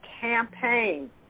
campaign